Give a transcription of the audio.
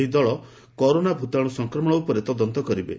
ଏହି ଦଳ କରୋନା ଭୂତାଣୁ ସଂକ୍ରମଣ ଉପରେ ତଦନ୍ତ କରିବେ